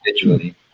individually